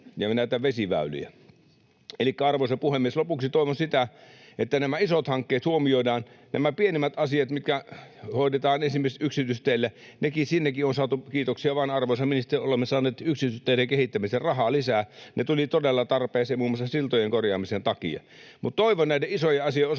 ja näitä vesiväyliä olisi. Elikkä, arvoisa puhemies, lopuksi toivon sitä, että nämä isot hankkeet huomioidaan. Nämä pienemmät asiat, mitkä hoidetaan esimerkiksi yksityisteille, sinnekin on saatu, niin kiitoksia vain, arvoisa ministeri, että olemme saaneet yksityisteiden kehittämisen rahaa lisää. Ne tulivat todella tarpeeseen muun muassa siltojen korjaamisen takia. Mutta toivon näiden isojen asioiden osalta,